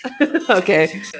okay